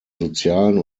sozialen